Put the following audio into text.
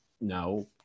no